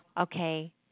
Okay